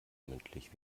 mündlich